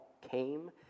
came